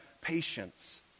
patience